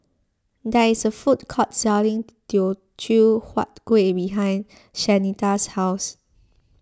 there is a food court selling Teochew Huat Kueh behind Shanita's house